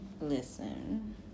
listen